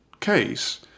case